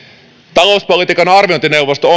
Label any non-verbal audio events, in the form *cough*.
talouspolitiikan arviointineuvosto *unintelligible*